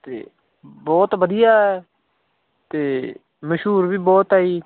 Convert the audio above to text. ਅਤੇ ਬਹੁਤ ਵਧੀਆ ਅਤੇ ਮਸ਼ਹੂਰ ਵੀ ਬਹੁਤ ਹੈ ਜੀ